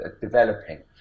developing